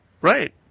Right